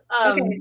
Okay